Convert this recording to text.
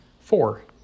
Four